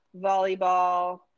volleyball